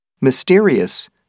Mysterious